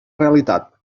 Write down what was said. realitat